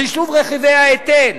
חישוב רכיבי ההיטל,